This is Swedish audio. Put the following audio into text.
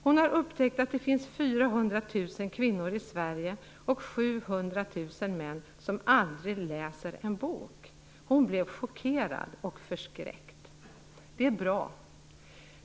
Hon har upptäckt att det i Sverige finns 400 000 kvinnor och 700 000 män som aldrig läser en bok. Hon blev chockerad och förskräckt. Det är bra.